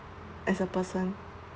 as a person